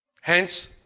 Hence